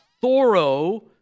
thorough